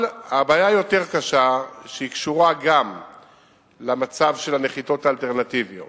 אבל הבעיה היותר קשה קשורה גם למצב של הנחיתות האלטרנטיביות